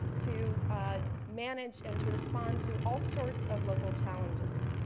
to manage and to respond to all sorts of local challenges.